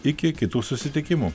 iki kitų susitikimų